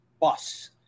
bus